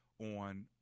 on